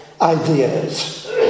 ideas